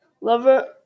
lover